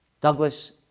Douglas